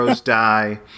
die